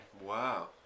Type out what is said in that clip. Wow